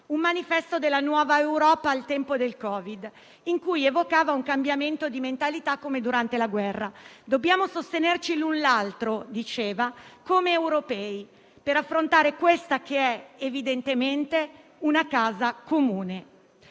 un manifesto della nuova Europa al tempo del Covid, in cui evocava un cambiamento di mentalità, come durante la guerra. Diceva infatti che dobbiamo sostenerci l'un l'altro come europei, per affrontare questa che è, evidentemente, una causa comune.